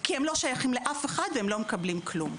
כי הם לא שייכים לאף אחד והם לא מקבלי כלום.